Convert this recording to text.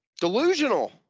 delusional